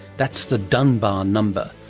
that's the dunbar number.